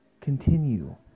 continue